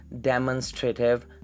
demonstrative